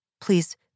please